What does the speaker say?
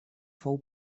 fou